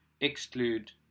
exclude